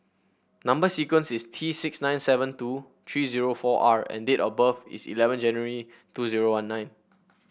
number sequence is T six nine seven two three zero four R and date of birth is eleven January two zero one nine